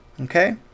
okay